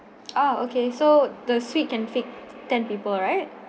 ah okay so the suite can fit ten people right